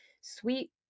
sweet